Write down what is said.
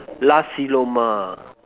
Nasi-Lemak